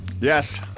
yes